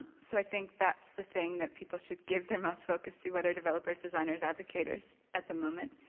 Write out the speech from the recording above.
so i think that's the thing that people should give their most focus to, whether developers, designers, advocaters at the moment.